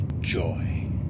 joy